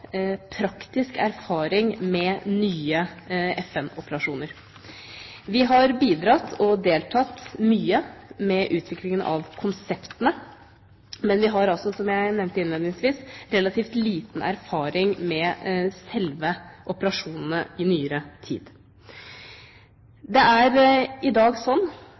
praktisk erfaring med nye FN-operasjoner. Vi har bidratt og deltatt mye med utviklingen av konseptene, men vi har altså – som jeg nevnte innledningsvis – relativt liten erfaring med selve operasjonene i nyere tid. Det er i dag